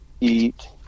eat